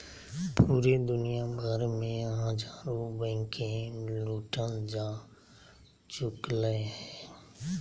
पूरे दुनिया भर मे हजारो बैंके लूटल जा चुकलय हें